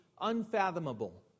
unfathomable